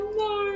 no